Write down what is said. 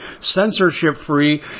censorship-free